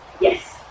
Yes